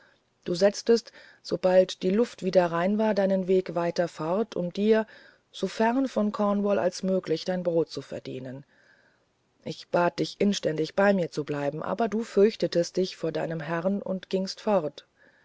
du setztest sobald die luft wieder rein war deinen weg weiter fort um dir so fern von cornwall als möglich dein brot zu verdienen ich bat dich inständig bei mir zu bleiben aber du fürchtetest dich vor deinem herrn und gingst fort